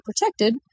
protected